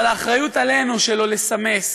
אבל האחריות היא עלינו: לא לסמס,